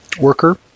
worker